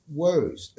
words